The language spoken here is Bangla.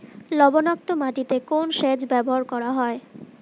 লবণাক্ত মাটিতে কোন সেচ ব্যবহার করা হয়?